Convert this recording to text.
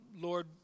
Lord